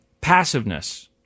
passiveness